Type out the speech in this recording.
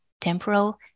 temporal